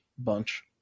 bunch